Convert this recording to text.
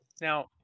Now